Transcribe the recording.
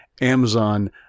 Amazon